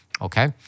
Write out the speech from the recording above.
okay